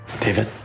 David